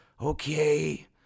okay